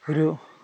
ഒരു